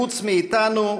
חוץ מאיתנו,